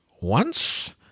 Once